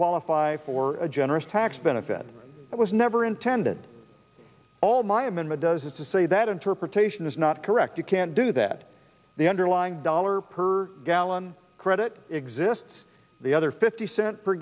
qualify for a generous tax benefit it was never intended all my amendment does is to say that interpretation is not correct you can't do that the underlying dollar per gallon credit exists the other fifty cents per